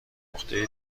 نقطه